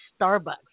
Starbucks